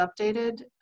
updated